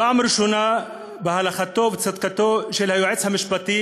פעם ראשונה בהלכתו וצדקתו של היועץ המשפטי